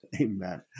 Amen